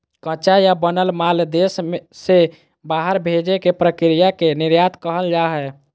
कच्चा या बनल माल देश से बाहर भेजे के प्रक्रिया के निर्यात कहल जा हय